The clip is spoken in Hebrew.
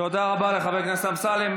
תודה רבה לחבר הכנסת אמסלם.